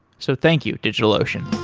so thank you, digitalocean